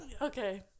Okay